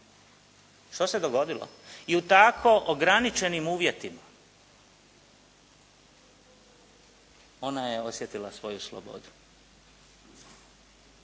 Što se dogodilo? I u tako ograničenim uvjetima ona je osjetila svoju slobodu.